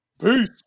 Peace